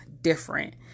different